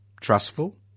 trustful